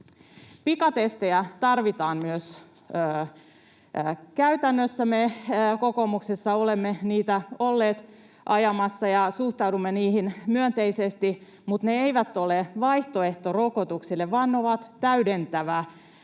Pikatestejä tarvitaan myös. Käytännössä me kokoomuksessa olemme niitä olleet ajamassa ja suhtaudumme niihin myönteisesti, mutta ne eivät ole vaihtoehto rokotuksille, vaan ne ovat täydentävä